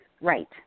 Right